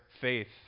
faith